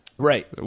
Right